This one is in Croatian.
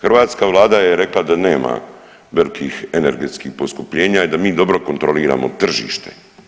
Hrvatska Vlada je rekla da nema velikih energetskih poskupljenja i da mi dobro kontroliramo tržište.